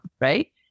right